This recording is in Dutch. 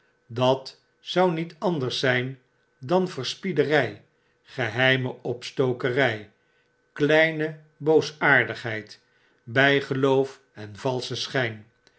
dat zou niet anders zyn dan verspiedery geheime opstokerjj kleine boosaardigheid bygeloof en valsche schfln